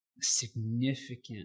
significant